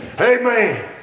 Amen